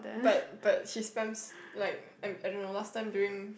but but his time like I don't know last time during